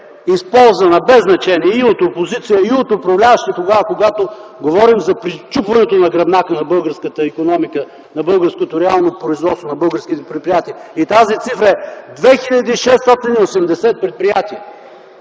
използвана, без значение – и от опозиция, и от управляващи тогава, когато говорим за пречупването на гръбнака на българската икономика, на българското реално производство, на българските предприятия. И тази цифра е 2680 предприятия,